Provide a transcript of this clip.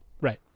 Right